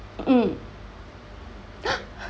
mm